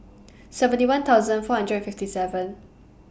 seventy one thousand four hundred and fifty seven